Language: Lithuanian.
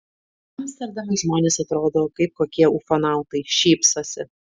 amsterdame žmonės atrodo kaip kokie ufonautai šypsosi